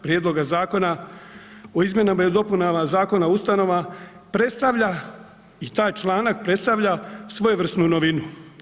Prijedloga zakona o Izmjenama i dopunama Zakona o ustanovama predstavlja i taj članak, predstavlja svojevrsnu novinu.